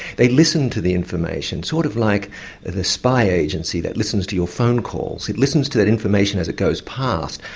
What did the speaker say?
they listen to the information sort of like the spy agency that listens to your phone calls, it listens to that information as it goes past.